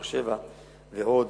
באר-שבע ועוד.